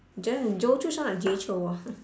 joe joe chew sounds like jay-chou ah